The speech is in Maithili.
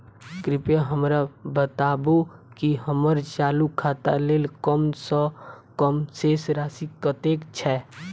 कृपया हमरा बताबू की हम्मर चालू खाता लेल कम सँ कम शेष राशि कतेक छै?